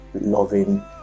loving